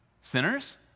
sinners